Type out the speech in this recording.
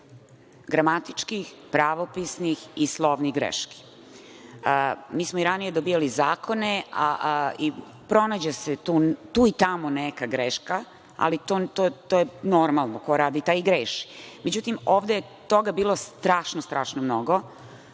gramatičkih, pravopisnih i slovnih grešaka. Mi smo i ranije dobijali zakone, pronađe se tu i tamo neka greška, ali to je normalno, ko radi taj i greši. Međutim, ovde je toga bilo strašno, strašno mnogo